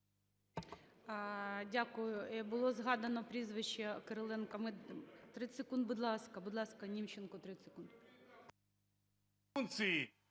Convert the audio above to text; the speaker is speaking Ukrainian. Дякую. Було згадано прізвище Кириленка... 30 секунд, будь ласка. Будь ласка, Німченко, 30 секунд.